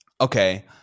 okay